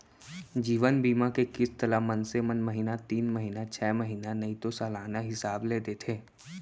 जीवन बीमा के किस्त ल मनसे मन महिना तीन महिना छै महिना नइ तो सलाना हिसाब ले देथे